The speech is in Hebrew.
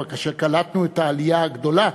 אבל כאשר קלטנו את העלייה הגדולה,